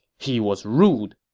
he was rude.